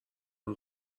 اون